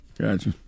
Gotcha